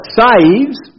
saves